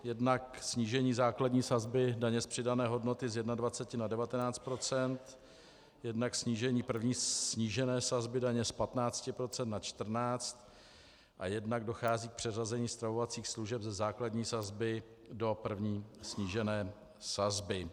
Jednak snížení základní sazby daně z přidané hodnoty z 21 na 19 %, jednak snížení první snížené sazby daně z 15 na 14 % a jednak dochází k přeřazení stravovacích služeb ze základní sazby do první snížené sazby.